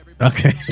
Okay